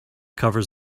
covers